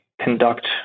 conduct